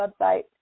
website